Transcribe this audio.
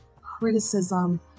criticism